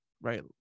right